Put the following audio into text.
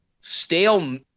stale